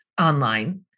online